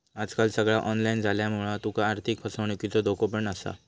आजकाल सगळा ऑनलाईन झाल्यामुळा तुका आर्थिक फसवणुकीचो धोको पण असा